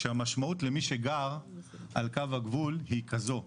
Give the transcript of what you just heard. כשהמשמעות למי שגר על קו הגבול היא כזו: